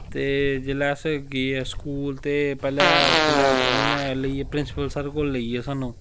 ते जेल्लै अस गे स्कूल ते पैह्लै जेल्लै उनें लेइये प्रिंसिपल सर कोल लेइये स्हानू